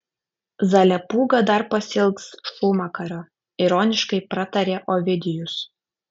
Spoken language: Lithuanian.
zalepūga dar pasiilgs šūmakario ironiškai pratarė ovidijus